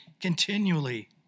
continually